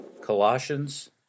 Colossians